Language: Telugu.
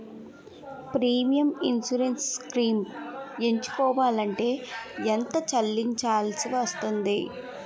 ప్రీమియం ఇన్సురెన్స్ స్కీమ్స్ ఎంచుకోవలంటే ఎంత చల్లించాల్సివస్తుంది??